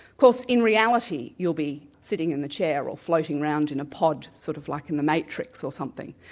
course in reality you'll be sitting in the chair or floating around in a pod, sort of like in the matrix or something.